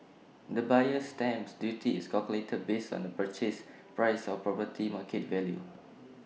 the buyer's stamp duty is calculated based on the purchase price or property's market value